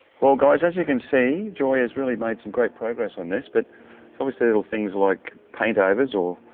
well guys, as you can see joy's has really made some great progress on this. but obviously little things like paint overs, or